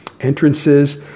entrances